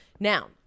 Now